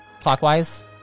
Clockwise